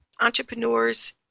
entrepreneurs